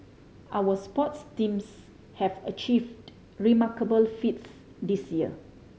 our sports teams have achieved remarkable feats this year